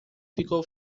ficou